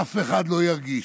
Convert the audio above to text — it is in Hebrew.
אף אחד לא ירגיש,